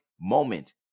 moment